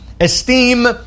esteem